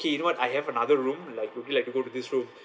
you know what I have another room like would you like to go to this room